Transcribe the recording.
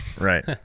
Right